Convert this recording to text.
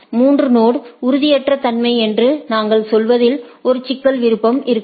மூன்று நொடு உறுதியற்ற தன்மை என்று நாங்கள் சொல்வதில் ஒரு சிக்கலின் விருப்பம் இருக்கலாம்